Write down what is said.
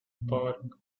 park